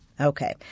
Okay